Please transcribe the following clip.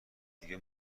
دیگه